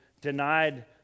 denied